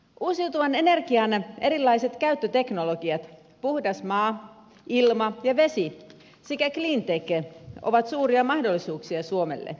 uusiutuvan energian erilaiset käyttöteknologiat puhdas maa ilma ja vesi sekä cleantech ovat suuria mahdollisuuksia suomelle